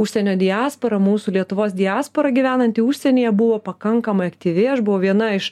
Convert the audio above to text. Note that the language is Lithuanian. užsienio diaspora mūsų lietuvos diaspora gyvenanti užsienyje buvo pakankamai aktyvi aš buvau viena iš